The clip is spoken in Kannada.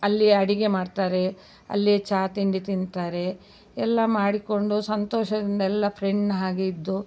ಅಲ್ಲಿ ಅಡಿಗೆ ಮಾಡ್ತಾರೆ ಅಲ್ಲಿಯೇ ಚಾ ತಿಂಡಿ ತಿಂತಾರೆ ಎಲ್ಲ ಮಾಡಿಕೊಂಡು ಸಂತೋಷದಿಂದೆಲ್ಲ ಫ್ರೆಂಡ್ನ ಹಾಗೆ ಇದ್ದು